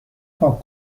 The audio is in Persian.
پاک